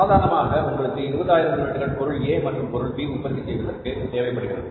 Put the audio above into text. காரணமாக உங்களுக்கு 20000 யூனிட்டுகள் பொருள் A மற்றும் பொருள் B உற்பத்தி செய்வதற்கு தேவைப்படுகிறது